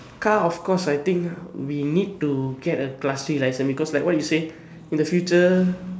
car of course I think we need to get a classy license because like what you say in the future